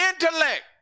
intellect